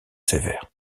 sévère